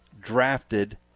drafted